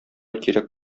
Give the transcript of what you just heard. кирәк